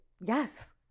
Yes